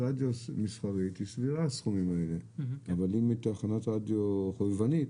אבל אם זו תחנת רדיו חובבנית